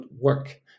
work